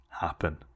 happen